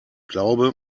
glaube